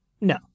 No